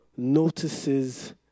notices